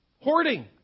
Hoarding